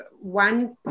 one